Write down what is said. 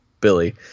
Billy